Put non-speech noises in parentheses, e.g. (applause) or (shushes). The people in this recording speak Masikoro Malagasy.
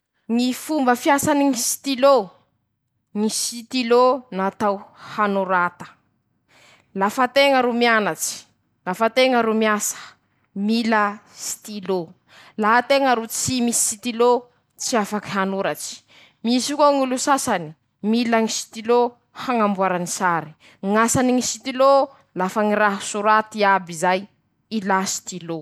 Asany ñy laforo, ñy laforo natao hiketreha mofo, mampilitsy (shushes) herinaratsy ie, mamokatsy (shushes) hafanà; hafanà aboakiny iñy amizay mahamasaky ñy mofo ketrehin-teña añatiny ao ;i koa mañajary hafanà añatiny ao, afaky hamanan-teña karazany ñy mofo ketrehinteña.